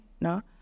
no